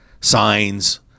signs